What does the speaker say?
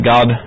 God